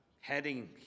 heading